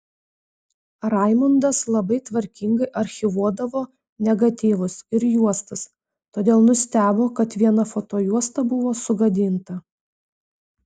raimundas labai tvarkingai archyvuodavo negatyvus ir juostas todėl nustebo kad viena fotojuosta buvo sugadinta